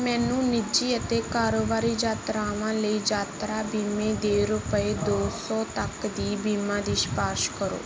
ਮੈਨੂੰ ਨਿੱਜੀ ਅਤੇ ਕਾਰੋਬਾਰੀ ਯਾਤਰਾਵਾਂ ਲਈ ਯਾਤਰਾ ਬੀਮੇ ਦੀ ਰੁਪਏ ਦੋ ਸੌ ਤੱਕ ਦੀ ਬੀਮਾ ਦੀ ਸਿਫ਼ਾਰਸ਼ ਕਰੋ